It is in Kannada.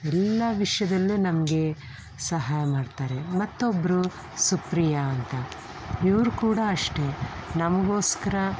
ಎಲ್ಲ ವಿಷಯದಲ್ಲೇ ನಮಗೆ ಸಹಾಯ ಮಾಡ್ತಾರೆ ಮತ್ತೊಬ್ಬರು ಸುಪ್ರಿಯಾ ಅಂತ ಇವರು ಕೂಡ ಅಷ್ಟೇ ನಮಗೋಸ್ಕರ